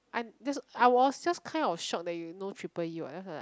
I'm just I was just kind of shock that you know triple E what that's